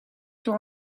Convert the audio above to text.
door